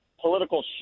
political